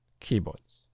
keyboards